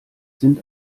sind